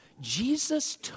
Jesus